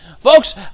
Folks